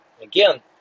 again